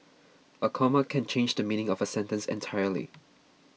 a comma can change the meaning of a sentence entirely